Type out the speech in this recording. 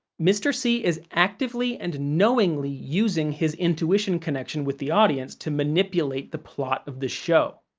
mr. c is actively and knowingly using his intuition connection with the audience to manipulate the plot of the show.